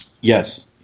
Yes